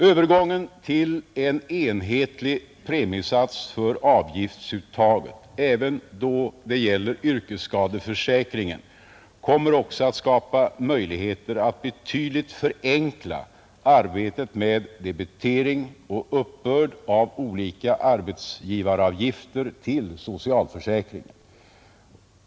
Övergången till en enhetlig premiesats för avgiftsuttaget även då det gäller yrkesskadeförsäkringen kommer också att skapa möjligheter att betydligt förenkla arbetet med debitering och uppbörd av olika arbetsgivaravgifter till socialförsäkringen.